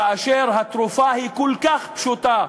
כאשר התרופה היא כל כך פשוטה,